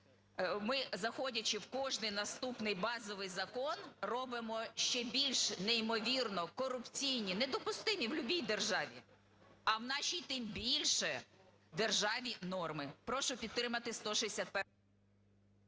ми заходячи в кожний наступний базовий закон робимо ще більш неймовірно корупційні, недопустимі в любій державі, а в нашій тим більше державі, норми. Прошу підтримати 161...